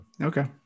okay